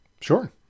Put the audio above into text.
Sure